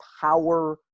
power